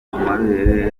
amabere